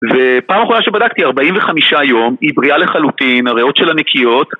ופעם אחרונה שבדקתי, 45 יום, היא בריאה לחלוטין, הריאות שלה נקיות